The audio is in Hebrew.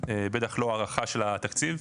בטח לא הארכה של התקציב.